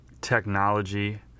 technology